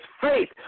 faith